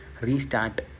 restart